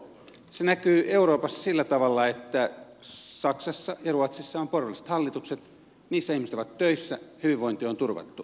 se näkyy euroopassa sillä tavalla että saksassa ja ruotsissa on porvarilliset hallitukset niissä ihmiset ovat töissä hyvinvointi on turvattu